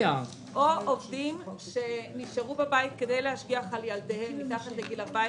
או עובדים שנשארו בבית כדי להשגיח על ילדיהם מתחת לגיל 14,